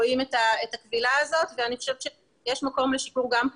הנקודה המרכזית היא שאם בעקבות העתירה חודדו